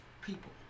people